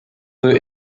peut